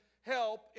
help